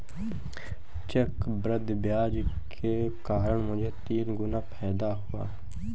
चक्रवृद्धि ब्याज के कारण मुझे तीन गुना फायदा हुआ